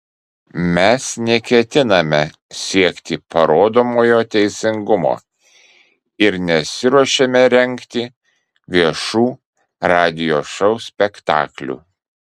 mes neketiname siekti parodomojo teisingumo ir nesiruošiame rengti viešų radijo šou spektaklių